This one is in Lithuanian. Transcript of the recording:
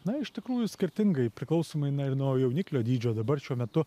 na iš tikrųjų skirtingai priklausomai na ir nuo jauniklio dydžio dabar šiuo metu